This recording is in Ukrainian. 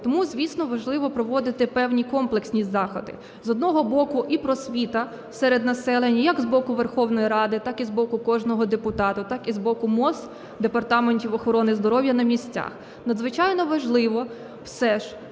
Тому, звісно, важливо проводити певні комплексні заходи. З одного боку і просвіта серед населення, як з боку Верховної Ради, так і з боку кожного депутата, так і з боку МОЗ, департаментів охорони здоров'я на місцях. Надзвичайно важливо все ж,